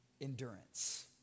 endurance